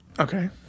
Okay